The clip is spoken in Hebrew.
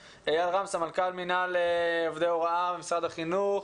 רם, סמנכ"ל מינהל עובדי הוראה, משרד החינוך,